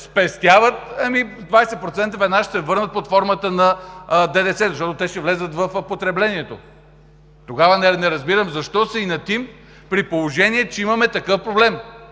спестяват, а 20% веднага ще се върнат под формата на ДДС, защото те ще влязат в потреблението, не разбирам защо се инатим, при положение че имаме такъв проблем.